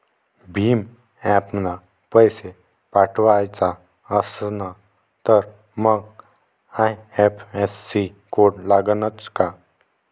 भीम ॲपनं पैसे पाठवायचा असन तर मंग आय.एफ.एस.सी कोड लागनच काय?